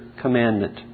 commandment